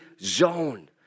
zone